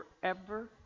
forever